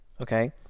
okay